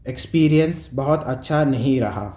experience بہت اچھا نہیں رہا